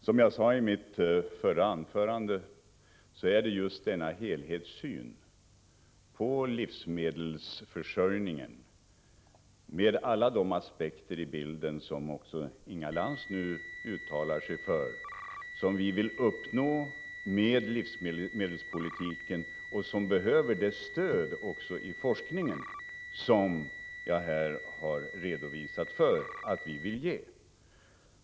Herr talman! Som jag sade i mitt förra anförande är det just denna helhetssyn på livsmedelsförsörjningen, med alla de aspekter i bilden som också Inga Lantz nu uttalar sig för, som vi vill uppnå med livsmedelspolitiken och som behöver det stöd också i forskningen som jag här har redovisat att vi vill ge.